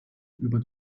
über